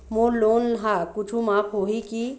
मोर loan हा कुछू माफ होही की?